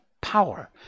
power